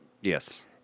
Yes